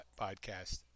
podcast